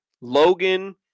Logan